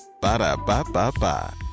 Ba-da-ba-ba-ba